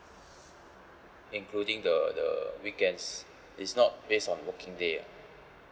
including the the weekends it's not based on working day ah